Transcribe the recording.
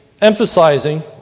emphasizing